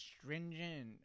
stringent